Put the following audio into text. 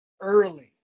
early